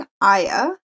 Aya